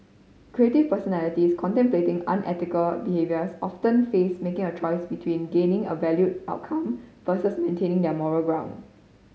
creative personalities contemplating unethical behaviours often face making a choice between gaining a valued outcome versus maintaining their moral ground